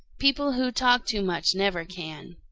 people who talk too much never can.